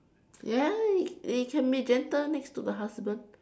ya it it can be gentle next to the husband